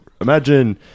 Imagine